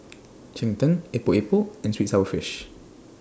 Cheng Tng Epok Epok and Sweet and Sour Fish